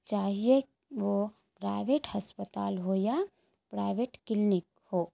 چاہیے وہ پرائیویٹ ہسپتال ہو یا پرائیویٹ کلینک ہو